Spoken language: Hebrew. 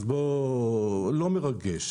זה לא מרגש.